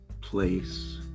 place